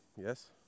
yes